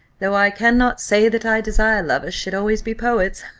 though i cannot say that i desire lovers should always be poets.